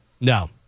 No